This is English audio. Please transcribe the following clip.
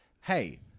Hey